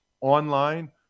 online